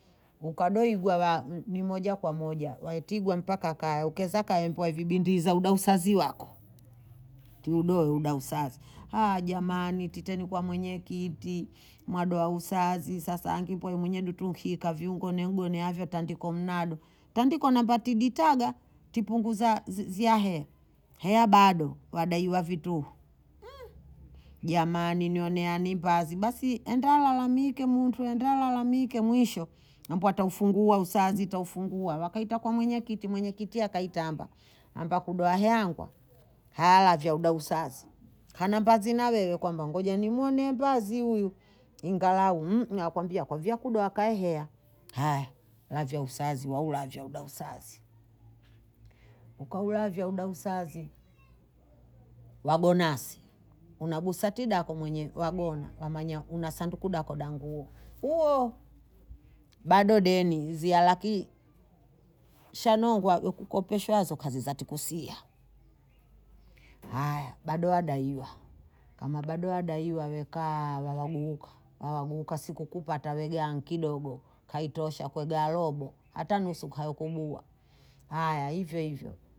ukadoigwa wa ni moja kwa moja waitigwa mpaka kaya, ukeza kaya waibindiza usazzi wako tiudoe udausaza, a jamani tite kwa mwenyekiti, mwadoa usazi sasa nkipoumwenyewe ntuikipwa yugonegoneavyo ntandiko unado tandiko ambatigitaga tipunguza zyahe hea bado wadaiwa vituhu jamani nioni mbazi basi niendalala nendalalamike mwisho mwendataufungua usazi ufungua wakaita kwa mwenyekiti, mwenyekiti akaitamba ambakuhoeyangu, halavyaudasasi, nambazi na wewe kwa ngoja nimwonee mbazi ingalau huyu vyako vyakudoakahea haya vyausazi waulavya usazi, ukalavya uda usazi wagonasi unagusa tida mwenyewe wagona wamanya sanduku daho da nguo uo bado deni zia laki shanongwa ukukopeshwazo kanuzati kusia haya bado wadaiwa bado adaiwa wewe wekaa wawaguka sikukupa tawegaa nkidogo kaitosha kwegaa robo hata nusu hakaugua haya hivyo hivyo